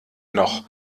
noch